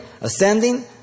Ascending